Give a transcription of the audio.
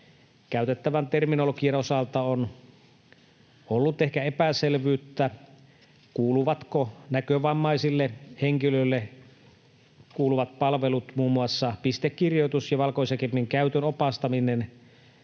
käytettävän terminologian osalta on ollut ehkä epäselvyyttä, kuuluvatko näkövammaisille henkilöille kuuluvat palvelut, muun muassa pistekirjoitus ja valkoisen kepin käytön opastaminen,